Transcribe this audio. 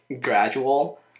gradual